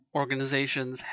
organizations